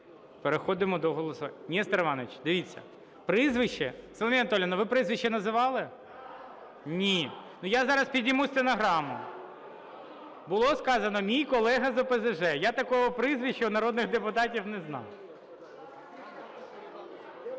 Переходимо до голосування. Нестор Іванович, дивіться, прізвище… Соломія Анатоліївна, ви прізвище називали? Ні. Ну, я зараз підніму стенограму. Було сказано: "Мій колега з ОПЗЖ. Я такого прізвища народних депутатів не знаю.